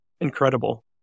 incredible